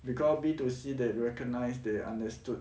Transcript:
because B two C they recognise they understood